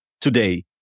today